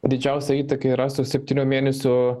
didžiausia įtaka yra su septynių mėnesių